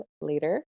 later